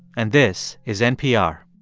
and this is npr